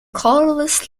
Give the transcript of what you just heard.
colorless